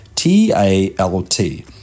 T-A-L-T